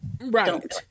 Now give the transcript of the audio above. Right